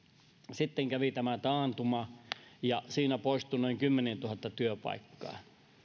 sitten kävi tämä taantuma ja siinä poistui noin kymmenentuhatta työpaikkaa